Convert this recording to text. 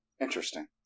interesting